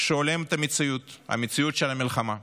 שהולם את המציאות, המציאות של המלחמה.